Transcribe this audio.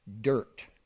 Dirt